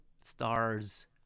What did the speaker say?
stars